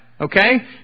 okay